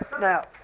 Now